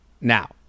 Now